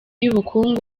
y’ubukungu